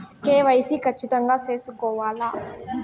KYC ఖచ్చితంగా సేసుకోవాలా